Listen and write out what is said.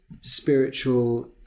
spiritual